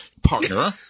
partner